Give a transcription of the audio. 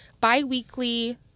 bi-weekly